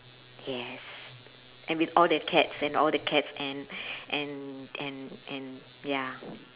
yes and with all the cats and all the cats and and and and ya